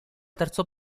terzo